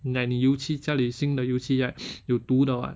like 你油漆家里新的油漆 right 有毒的 [what]